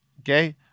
Okay